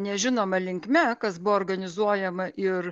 nežinoma linkme kas buvo organizuojama ir